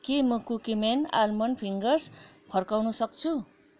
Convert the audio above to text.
के म Cookie Man almond fingers फर्काउन सक्छु